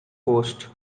post